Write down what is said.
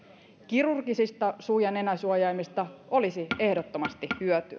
kirurgisista suu ja nenäsuojaimista olisi ehdottomasti hyötyä mutta näitä ei